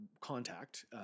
contact